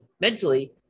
mentally